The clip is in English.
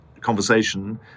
conversation